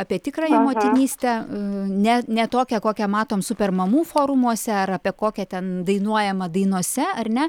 apie tikrąją motinystę ne ne tokią kokią matom super mamų forumuose ar apie kokią ten dainuojama dainose ar ne